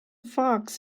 fox